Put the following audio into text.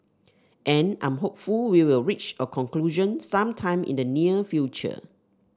and I'm hopeful we will reach a conclusion some time in the near future